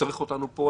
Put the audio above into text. שצריך אותנו פה,